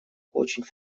очень